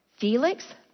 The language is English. Felix